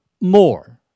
more